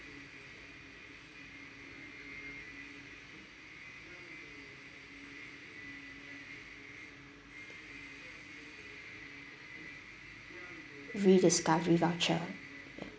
rediscovery voucher